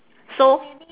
so